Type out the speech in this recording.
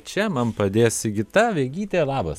čia man padės sigita vegytė labas